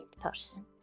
person